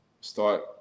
start